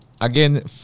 again